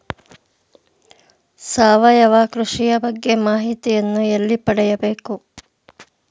ಸಾವಯವ ಕೃಷಿಯ ಬಗ್ಗೆ ಮಾಹಿತಿಯನ್ನು ಎಲ್ಲಿ ಪಡೆಯಬೇಕು?